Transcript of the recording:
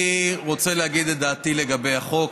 אני רוצה להגיד את דעתי לגבי החוק.